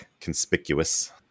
conspicuous